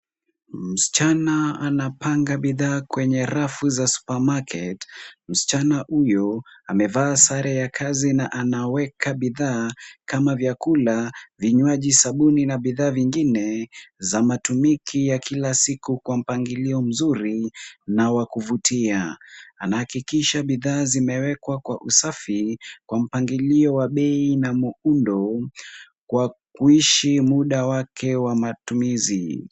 Msichana anapanga bidhaa kwenye rafu za supermarket . Msichana huyo amevaa sare ya kazi na anaweka bidhaa kama vyakula, vinywaji, sabuni na bidhaa zingine za matumizi ya Kila siku kwa mpangilio vizuri na wa kuvutia. Anahakikisha bidhaa zimewekwa kwa usafi, kwa mpangilio wa bei na muundo wa kuishi muda wake wa matumizi.